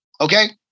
okay